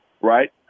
right